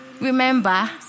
Remember